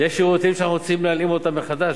יש שירותים שאנחנו רוצים להלאים אותם מחדש,